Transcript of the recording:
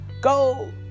Go